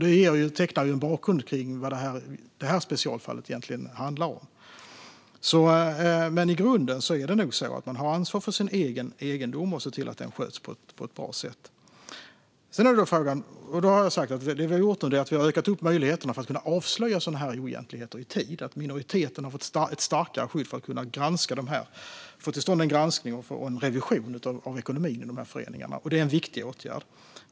Det tecknar en bakgrund till vad detta specialfall egentligen handlar om. I grunden har man dock ansvar för sin egendom och att den sköts på ett bra sätt. Nu har vi ökat möjligheterna för att avslöja sådana oegentligheter i tid. Minoriteten har fått ett starkare skydd genom att man kan få till stånd en granskning och en revision av ekonomin i de här föreningarna. Det är en viktig åtgärd.